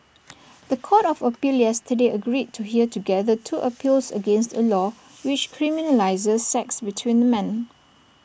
The Court of appeal yesterday agreed to hear together two appeals against A law which criminalises sex between men